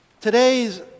Today's